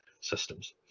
systems